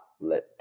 let